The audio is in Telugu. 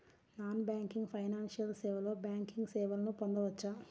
నాన్ బ్యాంకింగ్ ఫైనాన్షియల్ సేవలో బ్యాంకింగ్ సేవలను పొందవచ్చా?